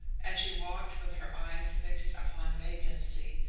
and she walked with her eyes fixed upon vacancy,